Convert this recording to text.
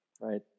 right